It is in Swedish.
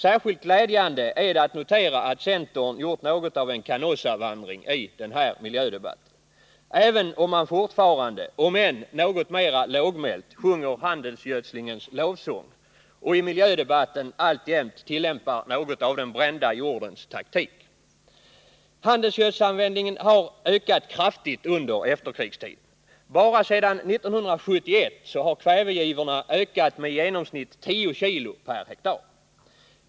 Särskilt glädjande är det att notera att centern gjort något av en Canossavandring i den här miljödebatten — även om man på det hållet fortfarande, om än något mera lågmält, sjunger handelsgödslingens lovsång och i miljödebatten alltjämt tillämpar något av ”den brända jordens taktik”. Handelsgödselanvändningen har ökat kraftigt under efterkrigstiden. Bara sedan 1971 har kvävegivorna ökat med i genomsnitt 10 kg per hektar.